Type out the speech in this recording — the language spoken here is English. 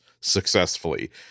successfully